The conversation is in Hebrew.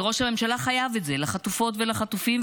וראש הממשלה חייב את זה לחטופות ולחטופים,